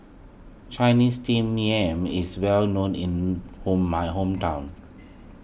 Chinese Steamed Yam is well known in home my hometown